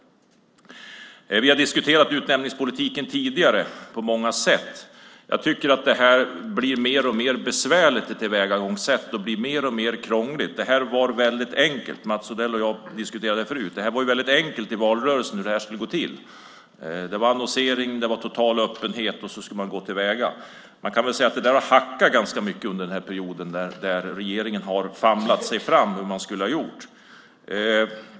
Vi har diskuterat utnämningspolitiken tidigare på många sätt. Jag tycker att det här tillvägagångssättet blir mer och mer besvärligt och krångligt. Mats Odell och jag har diskuterat det här förut. Det var ju enkelt i valrörelsen att tala om hur det här skulle gå till. Man skulle gå till väga med annonsering och total öppenhet. Detta har hackat ganska mycket under den här perioden och regeringen har famlat sig fram.